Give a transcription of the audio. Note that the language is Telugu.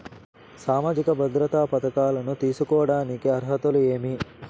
సామాజిక భద్రత పథకాలను తీసుకోడానికి అర్హతలు ఏమి?